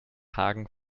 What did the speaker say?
hagen